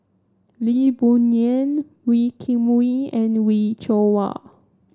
Lee Boon Ngan Wee Kim Wee and Wee Cho Yaw